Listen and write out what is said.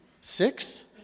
Six